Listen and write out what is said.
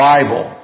Bible